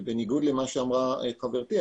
ובניגוד למה שאמרה חברתי,